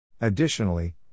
Additionally